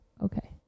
okay